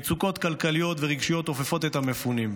מצוקות כלכליות ורגשיות אופפות את המפונים.